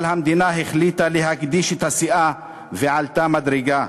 אבל המדינה החליטה להגדיש את הסאה ועלתה מדרגה: